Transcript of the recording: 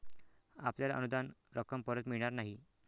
आपल्याला अनुदान रक्कम परत मिळणार नाही